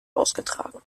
ausgetragen